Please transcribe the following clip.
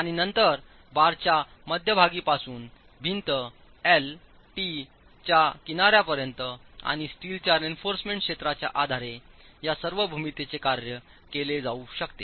आणि नंतर बारच्या मध्यभागीपासून भिंत एल टी च्या किनार्यापर्यंत आणि स्टीलच्या रेइन्फॉर्समेंट क्षेत्राच्या आधारे या सर्व भूमितीचे कार्य केले जाऊ शकते